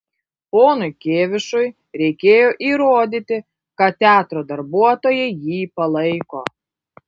ponui kėvišui reikėjo įrodyti kad teatro darbuotojai jį palaiko